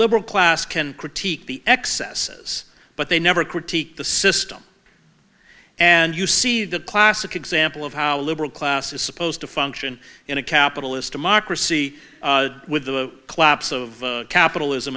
liberal class can critique the excesses but they never critique the system and you see the classic example of how liberal class is supposed to function in a capitalist democracy with the collapse of capitalism